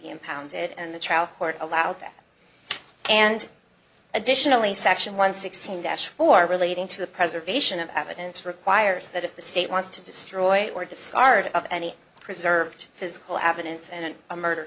impounded and the trial court allowed that and additionally section one sixteen dash for relating to the preservation of evidence requires that if the state wants to destroy or discard of any preserved physical evidence and in a murder